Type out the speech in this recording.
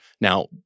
Now